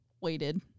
waited